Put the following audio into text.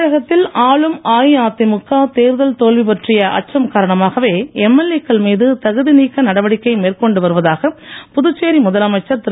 தமிழகத்தில் ஆளும் அஇஅதிமுக தேர்தல் தோல்வி பற்றிய அச்சம் காரணமாகவே எம்எல்ஏக்கள் மீது தகுதி நீக்க நடவடிக்கை மேற்கொண்டு வருவதாக புதுச்சேரி முதலமைச்சர் திரு